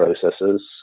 processes